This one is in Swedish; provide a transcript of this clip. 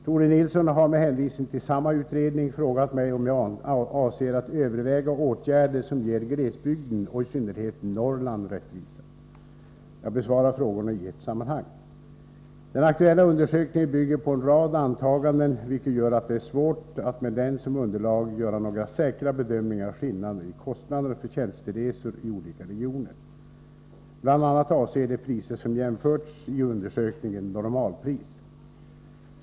Tore Nilsson har med hänvisning till samma utredning frågat mig om jag avser att överväga åtgärder som ger glesbygden och i synnerhet Norrland rättvisa. Jag besvarar frågorna i ett sammanhang. Den aktuella undersökningen bygger på en rad antaganden, vilket gör att det är svårt att med den som underlag göra några säkra bedömningar av skillnader i kostnaderna för tjänsteresor i olika regioner. Bl.a. avser de priser som jämförts i undersökningen normalpris.